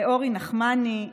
ולאורי נחמני,